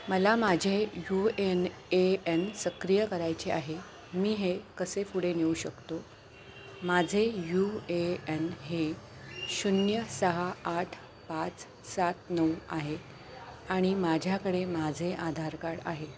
मला माझे U N A N सक्रिय करायचे आहे मी हे कसे पुढे नेऊ शकतो माझे यू ए एन हे शून्य सहा आठ पाच सात नऊ आहे आणि माझ्याकडे माझे आधार कार्ड आहे